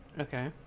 Okay